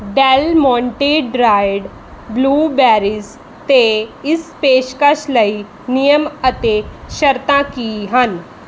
Dell Monte dried blueberries 'ਤੇ ਇਸ ਪੇਸ਼ਕਸ਼ ਲਈ ਨਿਯਮ ਅਤੇ ਸ਼ਰਤਾਂ ਕੀ ਹਨ